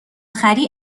خری